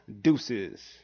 deuces